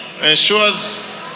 Ensures